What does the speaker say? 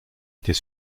était